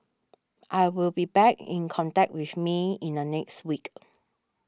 I will be back in contact with May in the next week